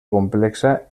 complexa